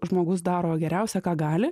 žmogus daro geriausia ką gali